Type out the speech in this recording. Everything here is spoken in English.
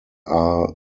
are